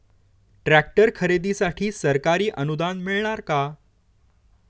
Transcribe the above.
Tractor खरेदीसाठी सरकारी अनुदान मिळणार का?